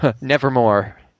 Nevermore